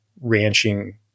ranching